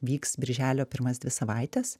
vyks birželio pirmas dvi savaites